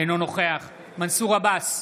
אינו נוכח מנסור עבאס,